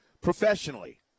professionally